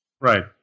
Right